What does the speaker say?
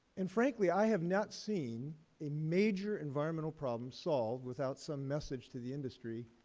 and, frankly, i have not seen a major environmental problem solved without some message to the industry